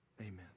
Amen